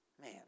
Man